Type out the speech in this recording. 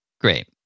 Great